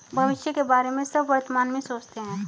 भविष्य के बारे में सब वर्तमान में सोचते हैं